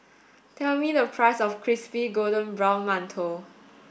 tell me the price of crispy golden brown mantou